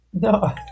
No